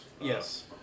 Yes